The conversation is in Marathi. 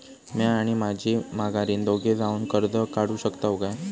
म्या आणि माझी माघारीन दोघे जावून कर्ज काढू शकताव काय?